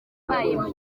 mbayeho